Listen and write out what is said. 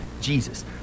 Jesus